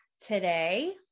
today